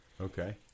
Okay